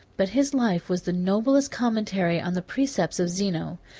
but his life was the noblest commentary on the precepts of zeno.